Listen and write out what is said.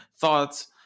thoughts